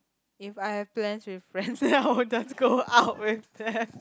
if I have plans with friends then I will just go out with them